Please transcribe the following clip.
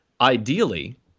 Ideally